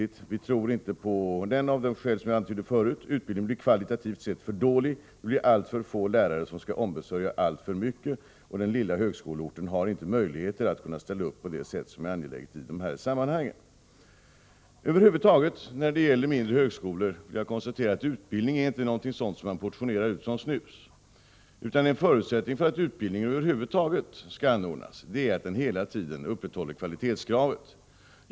Vi tror inte på dem av skäl som jag antydde förut. Utbildningen blir kvalitativt sett för dålig. Det blir alltför få lärare som skall ombesörja alltför mycket, och den lilla högskoleorten har inte möjligheter att ställa upp på det sätt som är angeläget i dessa sammanhang. Över huvud taget när det gäller mindre högskolor vill jag betona att utbildning inte är någonting som man kan portionera ut som snus. En förutsättning för att utbildning över huvud taget skall anordnas är att den hela tiden upprätthåller kvalitetskravet.